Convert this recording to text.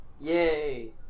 yay